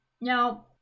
now